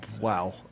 Wow